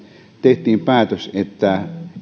tehtiin päätös että